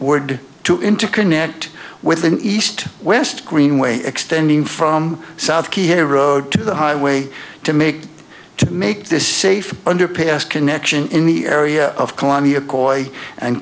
word to interconnect with an east west greenway extending from south kia road to the highway to make to make this safe underpass connection in the area of columbia koyo and